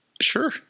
sure